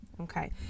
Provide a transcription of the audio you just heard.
Okay